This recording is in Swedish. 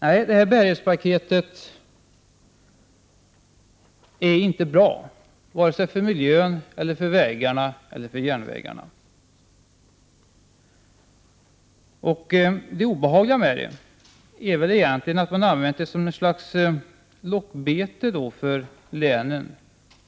Nej, det här bärighetspaketet är inte bra för vare sig miljön, vägarna eller järnvägarna. Det obehagliga med bärighetspaketet är att man har använt det som ett slags lockbete för länen.